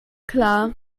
klar